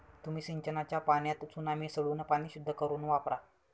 तुम्ही सिंचनाच्या पाण्यात चुना मिसळून पाणी शुद्ध करुन वापरा